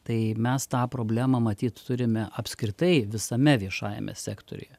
tai mes tą problemą matyt turime apskritai visame viešajame sektoriuje